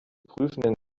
prüfenden